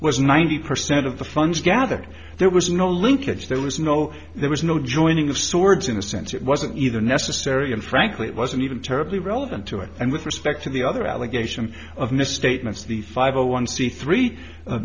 was ninety percent of the funds gathered there was no linkage there was no there was no joining of swords in the sense it wasn't either necessary and frankly it wasn't even terribly relevant to it and with respect to the other allegation of misstatements the five zero one c three